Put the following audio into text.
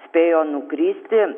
spėjo nukristi